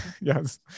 yes